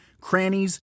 crannies